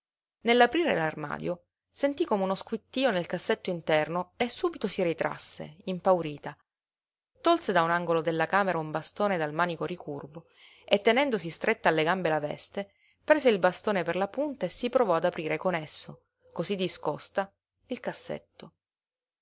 nell'aprire l'armadio sentí come uno squittío nel cassetto interno e subito si ritrasse impaurita tolse da un angolo della camera un bastone dal manico ricurvo e tenendosi stretta alle gambe la veste prese il bastone per la punta e si provò ad aprire con esso cosí discosta il cassetto